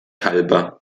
halber